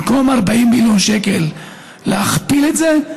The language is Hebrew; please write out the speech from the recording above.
במקום 40 מיליון שקלים להכפיל את זה?